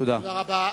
תודה.